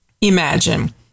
Imagine